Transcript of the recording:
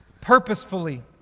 purposefully